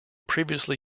previously